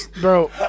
Bro